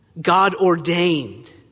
God-ordained